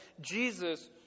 Jesus